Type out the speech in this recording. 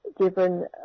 given